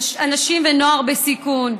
אנשים ונוער בסיכון,